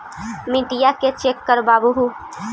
मिट्टीया के चेक करबाबहू?